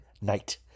night